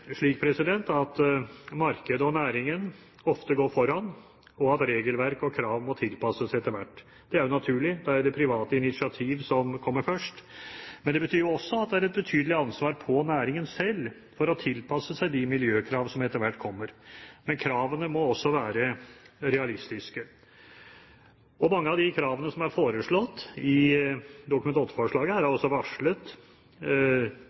slik at markedet og næringen ofte går foran, og at regelverk og krav må tilpasses etter hvert. Det er naturlig at det er det private initiativ som kommer først. Men det betyr også at det ligger et betydelig ansvar på næringen selv for å tilpasse seg de miljøkrav som etter hvert kommer. Men kravene må også være realistiske. Mange av de kravene som er foreslått i Dokument